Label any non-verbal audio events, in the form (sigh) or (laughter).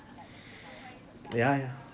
(breath) yeah yeah